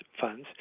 funds